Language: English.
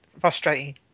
frustrating